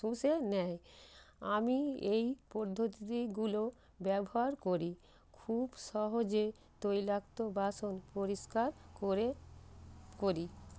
শুষে নেয় আমি এই পদ্ধতিগুলো ব্যবহার করি খুব সহজে তৈলাক্ত বাসন পরিষ্কার করে করি